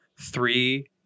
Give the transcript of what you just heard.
three